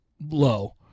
low